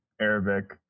Arabic